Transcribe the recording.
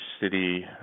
city